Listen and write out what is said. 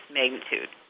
magnitude